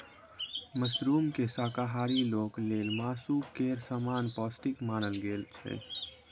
मशरूमकेँ शाकाहारी लोक लेल मासु केर समान पौष्टिक मानल गेल छै